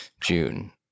June